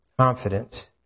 confidence